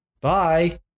Bye